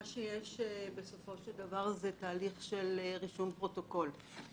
מה שיש זה תהליך של רישום פרוטוקול.